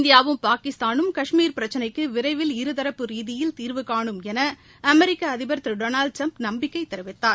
இந்தியாவும் பாகிஸ்தானும் காஷ்மீர் பிரக்சனைக்கு விரைவில் இருதாப்பு ரீதியில் தீர்வுகானும் என அமெரிக்க அதிபர் திரு டொனால்டு டிரம்ப் நம்பிக்கை தெரிவித்தார்